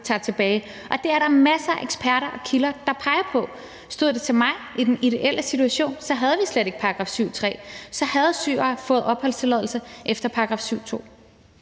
tager tilbage, og det er der masser af eksperter og kilder der peger på. Stod det til mig i den ideelle situation, havde vi slet ikke § 7, stk. 3. Så havde syrere fået opholdstilladelse efter § 7,